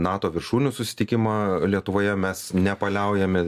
nato viršūnių susitikimą lietuvoje mes nepaliaujame